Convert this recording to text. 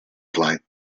flight